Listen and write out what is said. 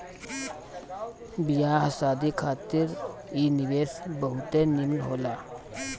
बियाह शादी खातिर इ निवेश बहुते निमन होला